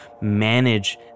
manage